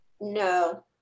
No